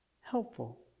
helpful